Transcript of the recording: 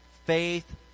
Faith